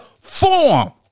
form